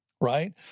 right